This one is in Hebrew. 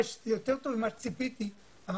יותר טוב ממה שציפיתי,